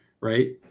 right